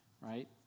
right